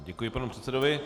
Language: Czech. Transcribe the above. Děkuji panu předsedovi.